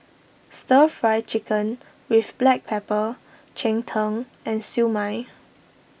Stir Fry Chicken with Black Pepper Cheng Tng and Siew Mai